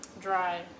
dry